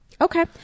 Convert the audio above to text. Okay